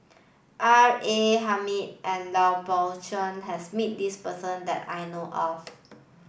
R A Hamid and Lui Pao Chuen has met this person that I know of